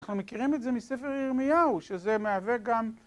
אנחנו מכירים את זה מספר ירמיהו שזה מהווה גם